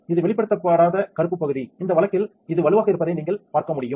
இது வெளிப்படுத்தப்படாத கருப்பு பகுதி இந்த வழக்கில் இது வலுவாக இருப்பதை நீங்கள் பார்க்க முடியும்